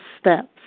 steps